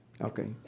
Okay